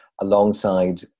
alongside